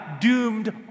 doomed